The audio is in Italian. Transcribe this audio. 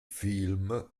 film